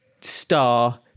star